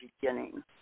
beginning